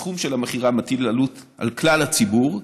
הסכום של המכירה מטיל עלות על כלל הציבור,